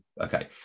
Okay